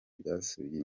byasubiye